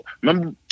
remember